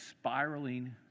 spiraling